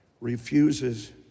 refuses